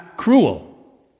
cruel